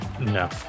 no